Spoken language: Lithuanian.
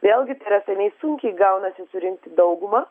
vėlgi yra seniai sunkiai gaunasi surinkti daugumą